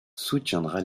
soutiendra